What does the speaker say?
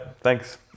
thanks